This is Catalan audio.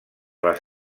les